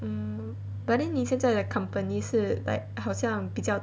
mm but then 你现在的 company 是 like 好像比较